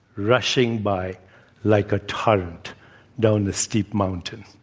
rushing by like a torrent down the steep mountain.